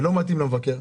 זה לא מתאים למבקר.